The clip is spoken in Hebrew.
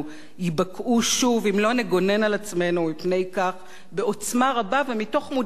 אם לא נגונן על עצמנו מפני כך בעוצמה רבה ומתוך מודעות מתמדת.